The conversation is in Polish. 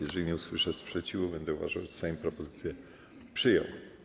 Jeżeli nie usłyszę sprzeciwu, będę uważał, że Sejm propozycję przyjął.